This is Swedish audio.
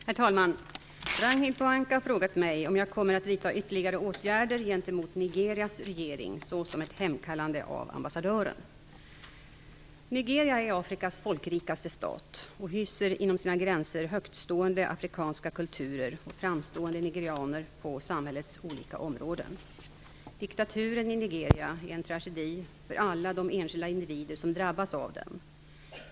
Herr talman! Ragnhild Pohanka har frågat mig om jag kommer att vidta ytterligare åtgärder gentemot Nigeria är Afrikas folkrikaste stat och hyser inom sina gränser högstående afrikanska kulturer och framstående nigerianer på samhällets olika områden. Diktaturen i Nigeria är en tragedi för alla de enskilda individer som drabbas av den.